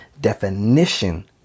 definition